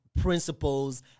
principles